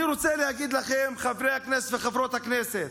אני רוצה להגיד לכם, חברי הכנסת וחברות הכנסת,